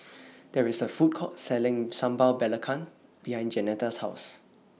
There IS A Food Court Selling Sambal Belacan behind Jeanetta's House